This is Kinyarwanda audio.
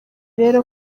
rero